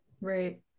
Right